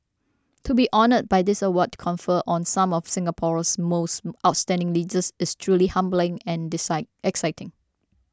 to be honoured by this award conferred on some of Singapore's most outstanding leaders is truly humbling and exciting